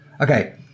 okay